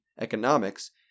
economics